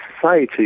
society